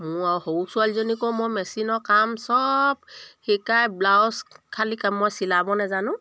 মোৰ আৰু সৰু ছোৱালীজনীকো মই মেচিনৰ কাম চব শিকাই ব্লাউজ খালী মই চিলাব নাজানো